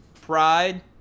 pride